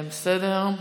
בסדר.